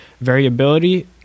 variability